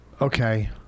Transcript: Okay